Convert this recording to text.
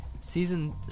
season